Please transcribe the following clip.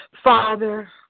Father